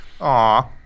Aw